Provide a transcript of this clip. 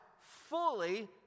fully